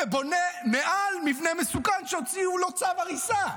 ובונה מעל מבנה מסוכן שהוציאו לו צו הריסה.